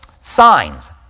signs